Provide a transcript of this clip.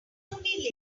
only